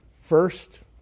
First